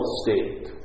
state